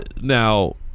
now